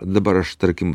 dabar aš tarkim